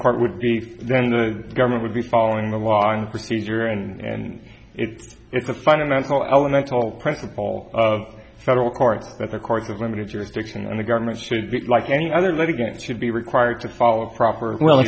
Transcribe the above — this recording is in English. court would be then the government would be following the law and procedure and it is a fundamental elemental principle of federal courts that the courts of limited jurisdiction and the government should be like any other litigant should be required to follow proper well